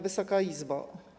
Wysoka Izbo!